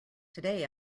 today